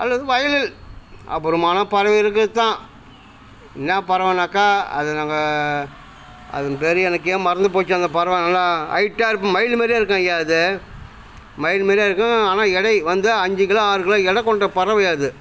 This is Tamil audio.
அல்லது வயலில் அபூர்வமான பறவை இருக்குது தான் என்னா பறவைனாக்கா அது நாங்கள் அதுன்னு பேர் எனக்கே மறந்து போச்சு அந்த பறவை நல்லா ஐட்டாக இருக்கும் மயில் மாரியே இருக்கும் ஐயா அது மயில் மாரியே இருக்கும் ஆனால் எடை வந்து அஞ்சு கிலோ ஆறு கிலோ எடை கொண்ட பறவை அது